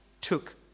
took